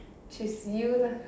which is you lah